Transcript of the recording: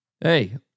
Hey